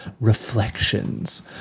Reflections